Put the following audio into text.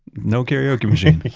no karaoke machine